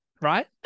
Right